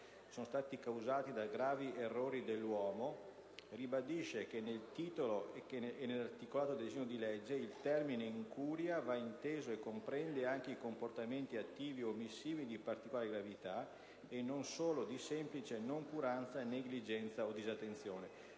sono stati causati da gravi errori dell'uomo, ribadisce che nel titolo e nell'articolato del disegno di legge il termine incuria va inteso e comprende anche i comportamenti attivi od omissivi di particolare gravità e non solo di semplice noncuranza, negligenza o disattenzione».